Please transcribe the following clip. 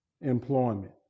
employment